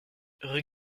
rue